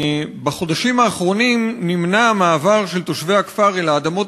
בחודשים האחרונים נמנע המעבר של תושבי הכפר אל האדמות